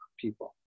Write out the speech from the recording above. people